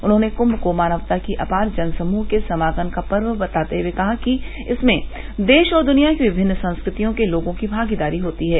उन्होंने कम को मानवता की अपार जनसमूह के समागम का पर्व बताते हुए कहा कि इसमें देश और दृनिया की विभिन्न संस्कृतियों के लोगों की भागीदारी होती है